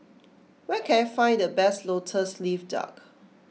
where can I find the best Lotus Leaf Duck